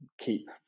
keep